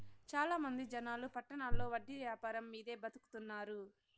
చాలా మంది జనాలు పట్టణాల్లో వడ్డీ యాపారం మీదే బతుకుతున్నారు